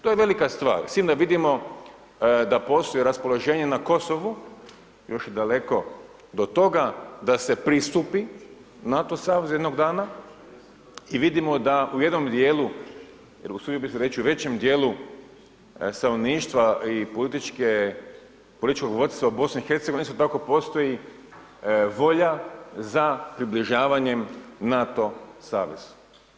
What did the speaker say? To je velika stvar, s tim da vidimo, da postoji raspoloženje na Kosovu, još je daleko od toga, da se pristupi NATO savezu jednog dana i vidimo da u jednom dijelu, usudio bi se reći, većem dijelu stanovništva i političkog vodstva BIH isto tako postoji volja za približavanjem NATO saveza.